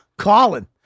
Colin